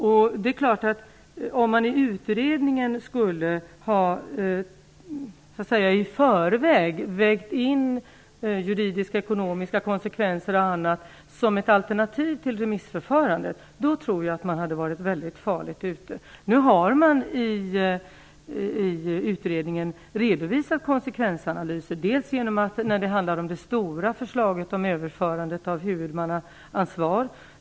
Om man i utredningen som ett alternativ till remissförfarandet skulle i förväg ha vägt in juridiska, ekonomiska och andra konsekvenser, tror jag att man hade varit mycket farligt ute. Nu har man i utredningen redovisat konsekvensanalyser, för det första i det stora förslaget om överförandet av huvudmannaansvar.